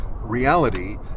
reality